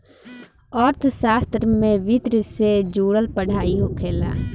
अर्थशास्त्र में वित्तसे से जुड़ल पढ़ाई होखेला